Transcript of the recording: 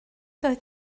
doedd